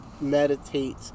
meditate